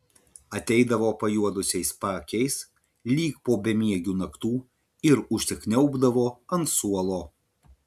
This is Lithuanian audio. ateidavo pajuodusiais paakiais lyg po bemiegių naktų ir užsikniaubdavo ant suolo